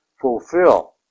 fulfill